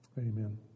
Amen